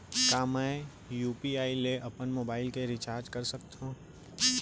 का मैं यू.पी.आई ले अपन मोबाइल के रिचार्ज कर सकथव?